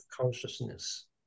consciousness